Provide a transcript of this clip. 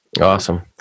Awesome